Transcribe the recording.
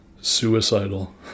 Suicidal